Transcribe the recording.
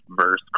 verse